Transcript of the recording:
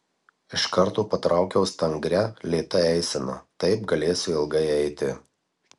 iš karto patraukiau stangria lėta eisena taip galėsiu ilgai eiti